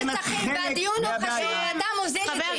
בדיון החשוב, אתה מוזיל את זה.